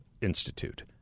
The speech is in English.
institute